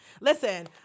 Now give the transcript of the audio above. Listen